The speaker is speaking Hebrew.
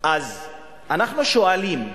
אז אנחנו שואלים,